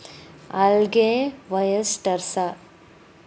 algae, oysters